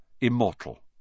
immortal